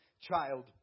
child